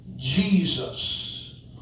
Jesus